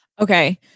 Okay